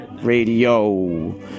Radio